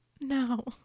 No